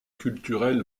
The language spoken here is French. culturel